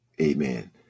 amen